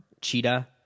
Cheetah